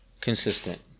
consistent